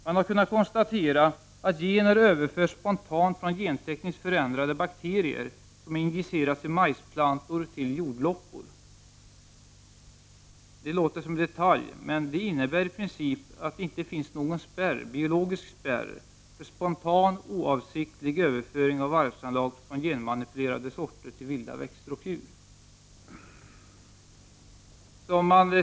Man har kunnat konstatera att gener överförs spontant från gentekniskt förändrade bakterier som har injicerats i majsplantor till jordloppor. Det låter som en detalj, men det innebär i princip att det inte finns någon biologisk spärr för spontan, oavsiktlig överföring av arvsanlag från genmanipulerade sorter till vilda växter och djur.